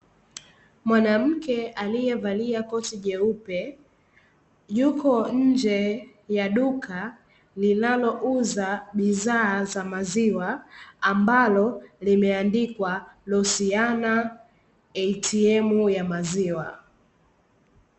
Mwanamke aliyevalia koti jeupe yuko nje ya duka linalouza bidhaa za maziwa ambalo limeandikwa "Losiana ATM ya maziwa".